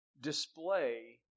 display